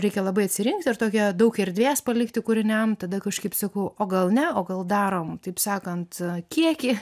reikia labai atsirinkti ir tokia daug erdvės palikti kūriniam tada kažkaip sakau o gal ne o gal darom taip sakant kiekį